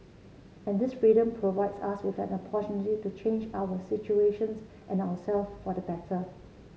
and this freedom provides us with an to change our situations and ourselves for the better